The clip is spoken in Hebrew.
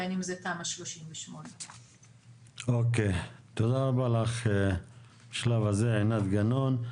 בין אם זה תמ"א 38. תודה רבה לך בשלב הזה עינת גנון.